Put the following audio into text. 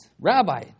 Rabbi